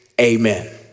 amen